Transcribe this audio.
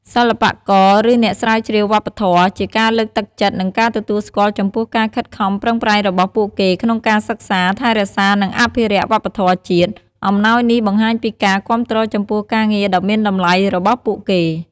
សិល្បករ ឬអ្នកស្រាវជ្រាវវប្បធម៌ ជាការលើកទឹកចិត្ត និងការទទួលស្គាល់ចំពោះការខិតខំប្រឹងប្រែងរបស់ពួកគេក្នុងការសិក្សា ថែរក្សា និងអភិរក្សវប្បធម៌ជាតិ អំណោយនេះបង្ហាញពីការគាំទ្រចំពោះការងារដ៏មានតម្លៃរបស់ពួកគេ។។